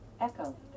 Echo